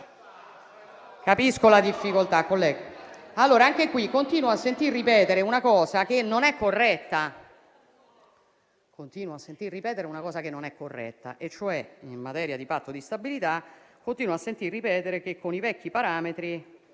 Capisco la difficoltà. Ma anche qui continuo a sentir ripetere una cosa che non è corretta. In materia di Patto di stabilità, continuo a sentir ripetere che, con i vecchi parametri,